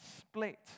split